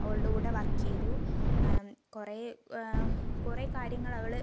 അവളുടെ കൂടെ വർക്ക് ചെയ്തു കുറേ കുറേ കാര്യങ്ങള് അവള്